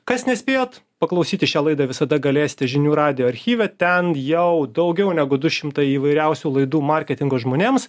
kas nespėjot paklausyti šią laidą visada galėsite žinių radijo archyve ten jau daugiau negu du šimtai įvairiausių laidų marketingo žmonėms